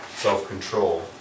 self-control